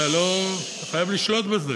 אתה חייב לשלוט בזה.